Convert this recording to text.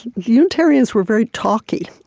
unitarians were very talky,